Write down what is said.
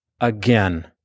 Again